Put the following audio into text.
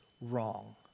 wrong